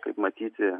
kaip matyti